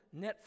Netflix